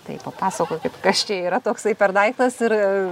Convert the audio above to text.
tai papasakokit kas čia yra toksai per daiktas ir